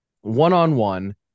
One-on-one